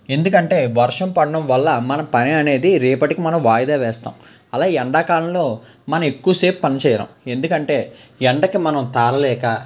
ఎందుకంటే వర్షం పడడం వల్ల మనం పనిని అనేది రేపటికి మనం వాయిదా వేస్తాం అలా ఎండాకలంలో మన ఎక్కువ సేపు పని చేయలేం ఎందుకంటే ఎండకి మనం తాళలేక